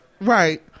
Right